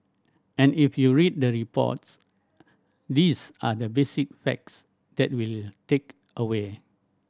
and if you read the reports these are the basic facts that will take away